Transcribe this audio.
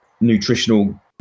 nutritional